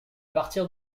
partir